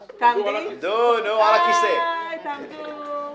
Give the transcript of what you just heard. (היו"ר עיסאווי פריג') זה הייחודי בישיבה,